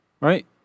Right